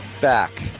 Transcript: back